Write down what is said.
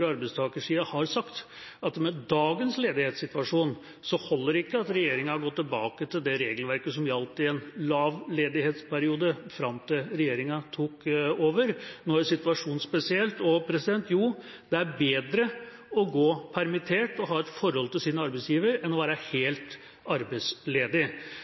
arbeidstakersida har sagt at med dagens ledighetssituasjon holder det ikke at regjeringa har gått tilbake til det regelverket som gjaldt i en lav ledighetsperiode fram til regjeringa tok over. Nå er situasjonen spesiell. Jo, det er bedre å gå permittert og ha et forhold til sin arbeidsgiver enn å være helt arbeidsledig.